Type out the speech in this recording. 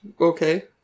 okay